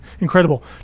incredible